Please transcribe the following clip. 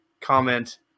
comment